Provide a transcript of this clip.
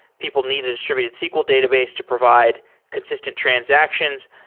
people need a distributed sql database to provide consistent transactions,